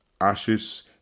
Ashes